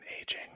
aging